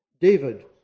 David